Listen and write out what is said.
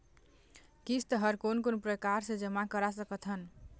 किस्त हर कोन कोन प्रकार से जमा करा सकत हन?